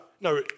No